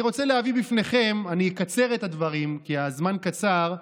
אני אקצר את הדברים, כי הזמן קצר.